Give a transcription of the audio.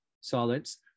solids